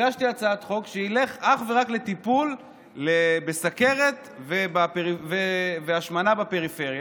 הגשתי הצעת חוק שזה ילך אך ורק לטיפול בסוכרת והשמנה בפריפריה.